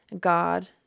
God